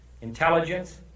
intelligence